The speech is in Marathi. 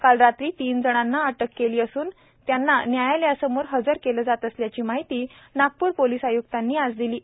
काल रात्री तीन जणांना अटक केली असून त्यांना न्यायालयासमोर हजर केले जात असल्याची माहिती नागप्र पोलिस आय्क्तांनी आज दिली आहे